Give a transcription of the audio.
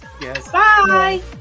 Bye